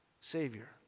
Savior